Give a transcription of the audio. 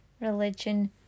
religion